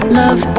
love